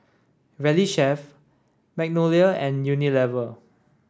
Valley Chef Magnolia and Unilever